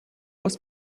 aus